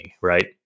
right